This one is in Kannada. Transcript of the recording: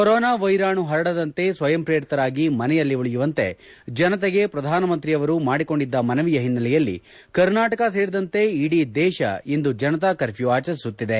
ಕೊರೊನಾ ವೈರಾಣು ಹರಡದಂತೆ ಸ್ವಯಂ ಪ್ರೇರಿತರಾಗಿ ಮನೆಯಲ್ಲಿ ಉಳಿಯುವಂತೆ ಜನತೆಗೆ ಪ್ರಧಾನಮಂತ್ರಿಯವರು ಮಾಡಿಕೊಂಡಿದ್ದು ಮನವಿಯ ಹಿನ್ನೆಲೆಯಲ್ಲಿ ಕರ್ನಾಟಕ ಸೇರಿದಂತೆ ಇಡೀ ದೇಶ ಇಂದು ಜನತಾ ಕರ್ಫ್ಗೂ ಆಚರಿಸುತ್ತಿದೆ